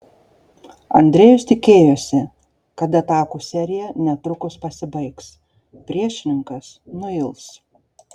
andrejus tikėjosi kad atakų serija netrukus pasibaigs priešininkas nuils